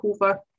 over